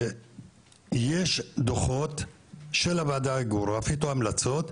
יש דוחות של הוועדה הגיאוגרפית או המלצות,